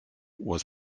was